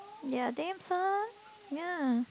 ya damn son ya